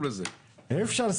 אי אפשר.